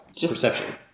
Perception